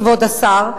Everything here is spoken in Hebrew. כבוד השר,